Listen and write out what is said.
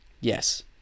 Yes